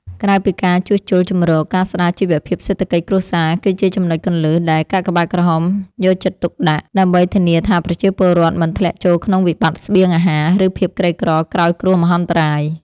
ក្រៅពីការជួសជុលជម្រក ការស្ដារជីវភាពសេដ្ឋកិច្ចគ្រួសារគឺជាចំណុចគន្លឹះដែលកាកបាទក្រហមយកចិត្តទុកដាក់ ដើម្បីធានាថាប្រជាពលរដ្ឋមិនធ្លាក់ចូលក្នុងវិបត្តិស្បៀងអាហារ ឬភាពក្រីក្រក្រោយគ្រោះមហន្តរាយ។